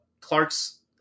Clark's